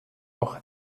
auch